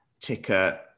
ticker